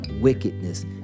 wickedness